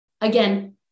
Again